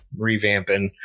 revamping